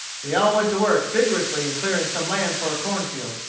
they all went to work vigorously in clearing some land for a corn field,